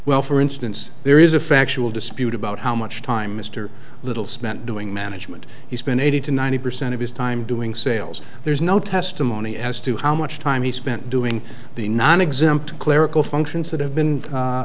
well for instance there is a factual dispute about how much time mr little spent doing management he spent eighty to ninety percent of his time doing sales there's no testimony as to how much time he spent doing the nonexempt clerical functions that have been